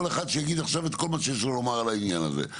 כל אחד שיגיד עכשיו את כל מה שיש לו לומר בעניין הזה.